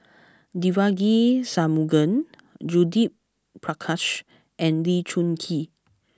Devagi Sanmugam Judith Prakash and Lee Choon Kee